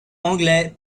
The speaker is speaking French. anglais